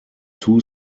two